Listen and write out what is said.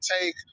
take